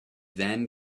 then